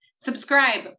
subscribe